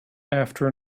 after